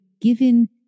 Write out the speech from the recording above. given